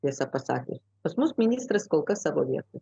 tiesą pasakius pas mus ministras kol kas savo vietoj